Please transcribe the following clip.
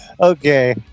okay